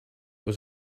was